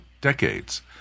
decades